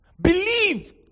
Believe